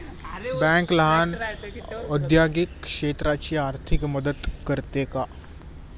Bank लहान औद्योगिक क्षेत्राची आर्थिक मदत करते का?